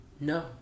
no